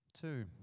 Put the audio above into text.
Two